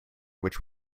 which